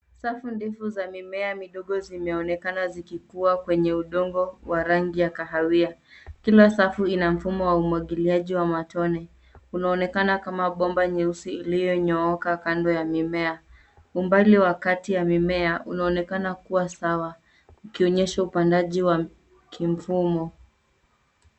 Safu ndefu za mimea midogo zimeonekana zikikuwa kwenye udongo wa rangi ya kahawia. Kila safu ina mfumo wa umwagiliaji wa matone unaoonekana kama bomba nyeusi iliyonyooka kando ya mimea. Umbali wa kati ya mimea unaonekana kuwa sawa, ukionyesha upandaji wa kimfumo.